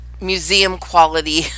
museum-quality